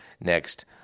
next